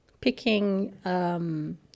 picking